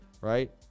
right